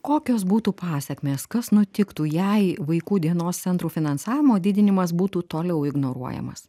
kokios būtų pasekmės kas nutiktų jei vaikų dienos centrų finansavimo didinimas būtų toliau ignoruojamas